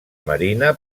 marina